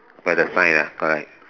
by the sign lah correct